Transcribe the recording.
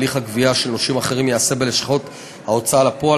הליך הגבייה של נושים אחרים ייעשה בלשכות ההוצאה לפועל,